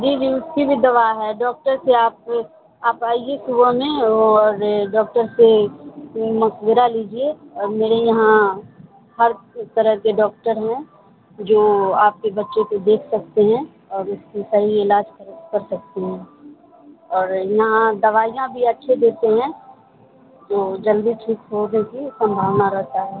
جی جی اس کی بھی دوا ہے ڈاکٹر سے آپ آپ آئیے صبح میں اور ڈاکٹر سے مشورہ لیجیے اور میرے یہاں ہر طرح کے ڈاکٹر ہیں جو آپ کے بچے کو دیکھ سکتے ہیں اور اس کی صحیح علاج کر سکتے ہیں اور یہاں دوائیاں بھی اچھے دیتے ہیں تو جلدی ٹھیک ہونے کی سمبھاونا رہتا ہے